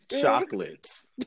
chocolates